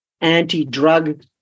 anti-drug